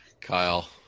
Kyle